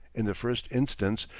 in the first instance,